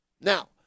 Now